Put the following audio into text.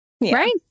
right